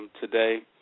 today